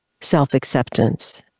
self-acceptance